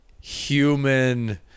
human